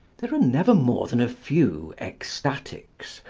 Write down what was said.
there are never more than a few ecstatics,